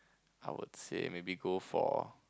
I would say maybe go for